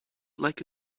like